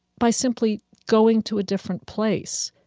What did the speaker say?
by simply going to a different place,